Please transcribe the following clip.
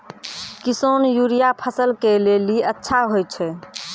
किसान यूरिया फसल के लेली अच्छा होय छै?